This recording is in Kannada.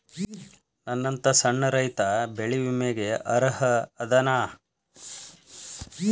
ನನ್ನಂತ ಸಣ್ಣ ರೈತಾ ಬೆಳಿ ವಿಮೆಗೆ ಅರ್ಹ ಅದನಾ?